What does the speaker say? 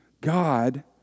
God